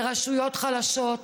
ברשויות חלשות,